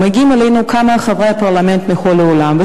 מגיעים אלינו כמה חברי פרלמנט מכל העולם,